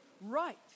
right